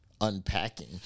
unpacking